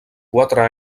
quatre